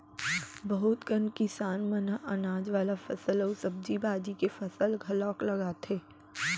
बहुत कन किसान मन ह अनाज वाला फसल अउ सब्जी भाजी के फसल घलोक लगाथे